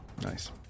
Nice